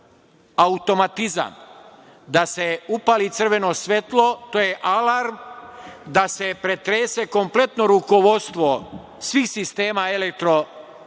automatizam, da se upali crveno svetlo, to je alarm, da se pretrese kompletno rukovodstvo svih sistema elektrosistema